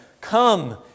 Come